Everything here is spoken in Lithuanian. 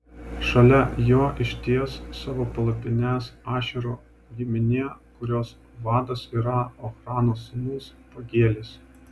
šalia jo išties savo palapines ašero giminė kurios vadas yra ochrano sūnus pagielis